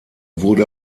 wurde